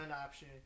option